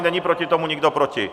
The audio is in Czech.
Není proti tomu nikdo, proti?